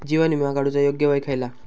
जीवन विमा काडूचा योग्य वय खयला?